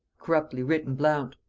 corruptly written blount.